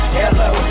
hello